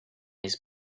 his